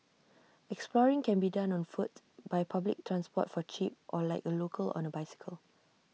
exploring can be done on foot by public transport for cheap or like A local on A bicycle